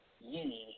ye